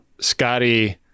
Scotty